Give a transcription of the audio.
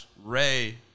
Ray